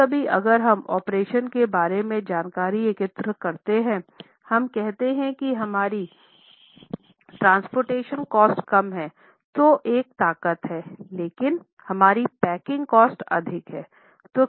कभी कभी अगर हम ऑपरेशन के बारे में जानकारी एकत्र करते हैं हम कहते हैं कि हमारी ट्रांसपोर्टेशन कास्ट कम है जो एक ताकत है लेकिन हमारी पैकिंग कास्ट अधिक है